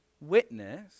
witness